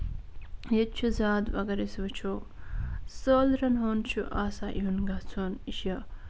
ییٚتہِ چھُ زیادٕ اَگر أسۍ وُچھو سٲلرَن ہُنٛد چھُ آسان یُن گژھُن یہِ چھُ